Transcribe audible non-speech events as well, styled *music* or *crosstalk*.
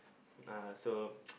*breath* uh so *noise*